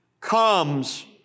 comes